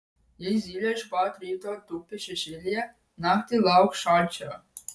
jei zylė iš pat ryto tupi šešėlyje naktį lauk šalčio